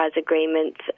agreements